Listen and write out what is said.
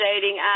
dating